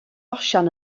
osian